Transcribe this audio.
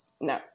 No